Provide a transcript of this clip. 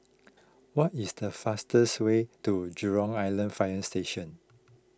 what is the fastest way to Jurong Island Fire Station